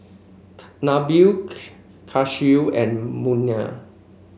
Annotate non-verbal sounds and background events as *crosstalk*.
Nabil *unintelligible* Khalish and Munah